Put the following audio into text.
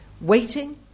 Waiting